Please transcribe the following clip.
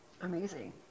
amazing